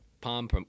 Palm